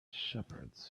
shepherds